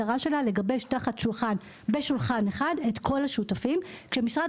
התוכנית הזו המטרה שלה לגבש תחת שולחן אחד את כל השותפים שמשרד